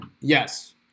Yes